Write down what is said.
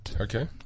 Okay